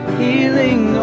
healing